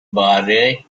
barre